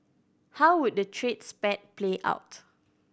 how would the trade spat play out